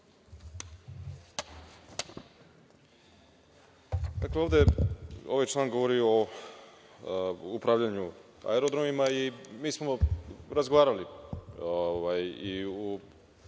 Ćirić** Ovde ovaj član govori o upravljanju aerodromima i mi smo razgovarali i u